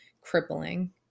crippling